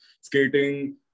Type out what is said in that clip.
skating